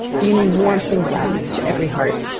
beaming warmth and gladness to every heart.